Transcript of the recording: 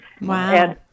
Wow